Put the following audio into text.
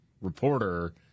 reporter